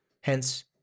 hence